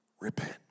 Repent